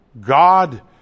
God